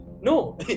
No